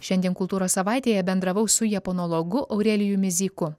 šiandien kultūros savaitėje bendravau su japonologu aurelijumi zyku